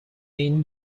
این